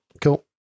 Cool